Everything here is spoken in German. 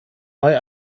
bei